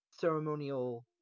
ceremonial